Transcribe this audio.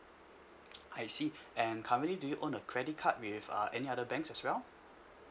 I see and currently do you own a credit card with uh any other banks as well